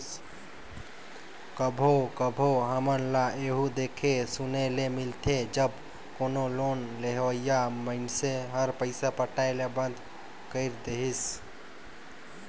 कभों कभों हमन ल एहु देखे सुने ले मिलथे जब कोनो लोन लेहोइया मइनसे हर पइसा पटाए ले बंद कइर देहिस